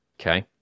okay